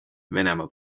venemaa